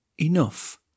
enough